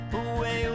away